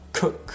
Cook